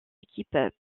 équipes